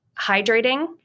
hydrating